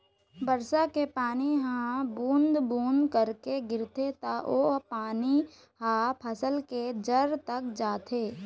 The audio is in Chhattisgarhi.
बरसा के पानी ह बूंद बूंद करके गिरथे त ओ पानी ह फसल के जर तक जाथे